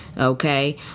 okay